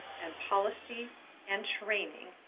and policy and training.